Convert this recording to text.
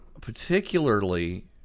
Particularly